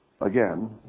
Again